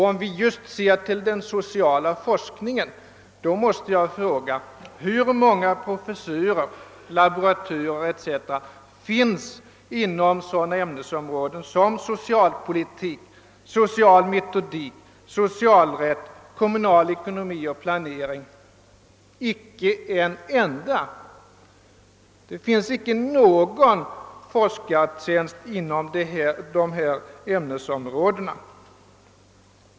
Om vi just ser till den sociala forskningen måste jag fråga hur många professurer, laboratorstjänster etc. som det finns inom sådana ämnesområden som socialpolitik, social metodik, socialrätt, kommunal ekonomi och planering. Icke en enda. Det finns icke någon forskartjänst inom dessa ämnesområden.